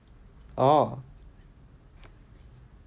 oh